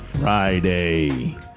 Friday